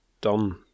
done